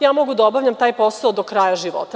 Ja mogu da obavljam taj posao do kraja života.